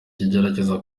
yagerageza